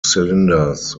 cylinders